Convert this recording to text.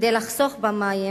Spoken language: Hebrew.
כדי לחסוך במים,